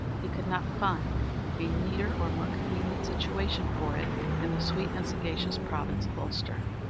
he could not find a neater or more convenient situation for it in the sweet and sagacious province of ulster.